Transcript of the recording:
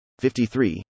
53